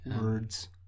words